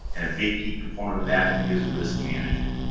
and a big key component of that is risk management.